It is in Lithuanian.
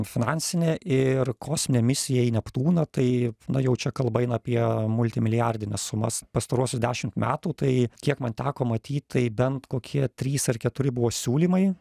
finansinė ir kosminė misija į neptūną tai na jau čia kalba eina apie multimilijardines sumas pastaruosius dešimt metų tai kiek man teko matyt tai bent kokie trys ar keturi buvo siūlymai